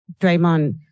Draymond